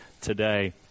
today